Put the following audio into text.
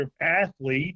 athlete